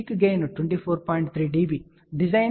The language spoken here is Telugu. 3 dB డిజైన్ 24